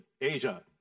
Asia